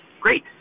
Great